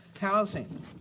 housing